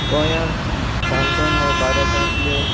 गोंयांत सनबर्न हो भारतांतल्यो